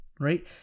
right